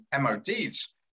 mod's